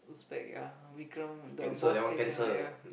Uzbek ya Vikram the boss say cannot yeah